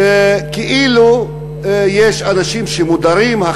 שכאילו יש אנשים שמודרים ממנה,